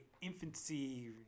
infancy